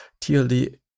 tld